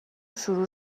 شروع